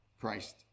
Christ